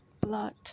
blood